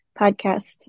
podcast